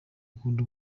ukunda